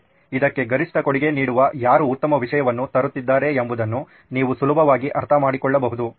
ಇದಕ್ಕೆ ಗರಿಷ್ಠ ಕೊಡುಗೆ ನೀಡುವ ಯಾರು ಉತ್ತಮ ವಿಷಯವನ್ನು ತರುತ್ತಿದ್ದಾರೆ ಎಂಬುದನ್ನು ನೀವು ಸುಲಭವಾಗಿ ಅರ್ಥಮಾಡಿಕೊಳ್ಳಬಹುದು